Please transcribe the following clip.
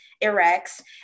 erects